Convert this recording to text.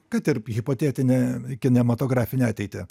kad ir hipotetinę kinematografinę ateitį